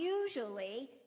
usually